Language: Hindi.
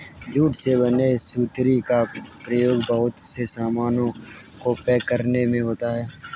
जूट से बने सुतली का प्रयोग बहुत से सामानों को पैक करने में होता है